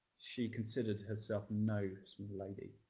she considered herself no small lady.